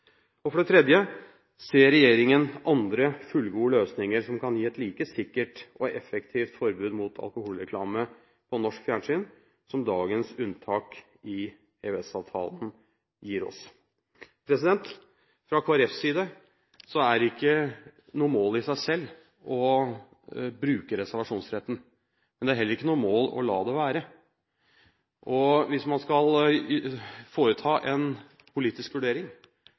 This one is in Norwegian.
Og for det tredje: Ser regjeringen andre, fullgode løsninger som kan gi et like sikkert og effektivt forbud mot alkoholreklame på norsk fjernsyn som dagens unntak i EØS-avtalen gir oss? Fra Kristelig Folkepartis side er det ikke noe mål i seg selv å bruke reservasjonsretten – men det er heller ikke noe mål å la det være. Hvis man skal foreta en politisk vurdering